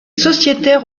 sociétaire